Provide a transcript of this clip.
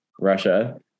russia